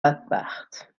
بدبخت